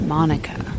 Monica